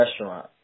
restaurant